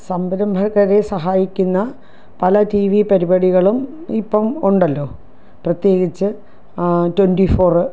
സംരംഭകരെ സഹായിക്കുന്ന പല T V പരിപാടികളും ഇപ്പം ഉണ്ടല്ലോ പ്രത്യേകിച്ച് ട്വൻറ്റി ഫോർ